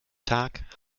tag